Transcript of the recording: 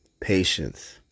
Patience